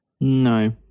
No